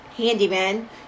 handyman